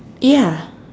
ya